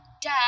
Dad